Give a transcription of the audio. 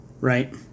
right